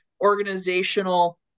organizational